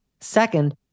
Second